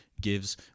gives